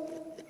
זאת לא היתה,